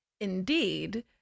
Indeed